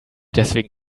deswegen